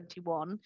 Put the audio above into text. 2021